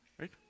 Right